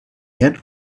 had